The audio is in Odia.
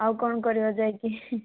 ଆଉ କଣ କରିବା ଯାଇକି